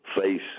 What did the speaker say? face